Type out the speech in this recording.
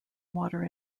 water